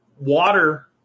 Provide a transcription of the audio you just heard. Water